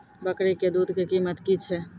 बकरी के दूध के कीमत की छै?